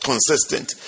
consistent